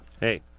Hey